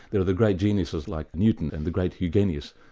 there are the great geniuses like newton and the great eugenius,